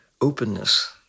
openness